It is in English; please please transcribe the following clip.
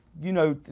you know,